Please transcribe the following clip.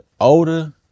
older